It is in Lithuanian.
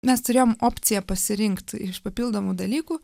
mes turėjom opciją pasirinkt iš papildomų dalykų